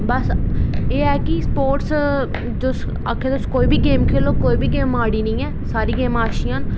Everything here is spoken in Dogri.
बस एह् ऐ कि स्पोर्टस च तुिस कोई बी गेम खेलो कोई बी गेम माड़ी निं ऐ ते सारियां गेमां अच्छियां